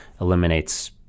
eliminates